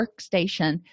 workstation